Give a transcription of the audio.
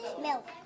Milk